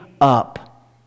up